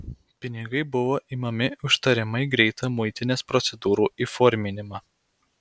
pinigai buvo imami už tariamai greitą muitinės procedūrų įforminimą